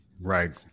right